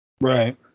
Right